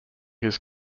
his